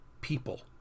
people